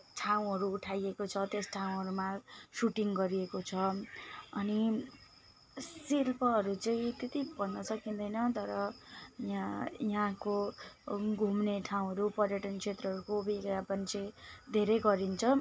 ठाउँहरू उठाइएको छ त्यस ठाउँहरूमा सुटिङ गरिएको छ अनि शिल्पहरू चाहिँ त्यति भन्न सकिँदैन तर यहाँ यहाँको घुम्ने ठाउँहरू पर्यटन क्षेत्रहरूको विज्ञापन चाहिँ धेरै गरिन्छ